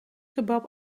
kebab